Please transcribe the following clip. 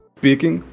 speaking